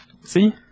See